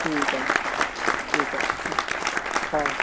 ਠੀਕ ਆ ਠੀਕ ਆ ਓਕੇ ਬਾਏ